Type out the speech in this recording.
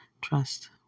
trust